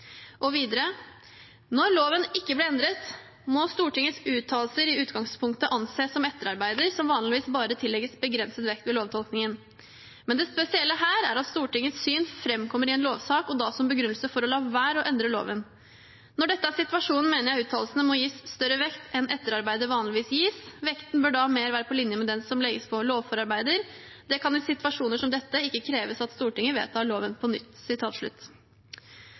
Og videre: «Når loven ikke ble endret, må Stortingets uttalelser i utgangspunktet anses som etterarbeider, som vanligvis bare tillegges begrenset vekt ved lovtolkningen. Men det spesielle her er at Stortingets syn fremkommer i en lovsak, og da som begrunnelse for å la være å endre loven. Når dette er situasjonen, mener jeg at uttalelsene må gis større vekt enn etterarbeider vanligvis gis. Vekten bør da mer være på linje med den som legges på lovforarbeider. Det kan i situasjoner som dette ikke kreves at Stortinget vedtar loven på nytt.»